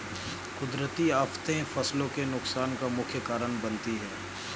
कुदरती आफतें फसलों के नुकसान का मुख्य कारण बनती है